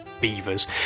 beavers